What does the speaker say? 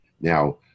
Now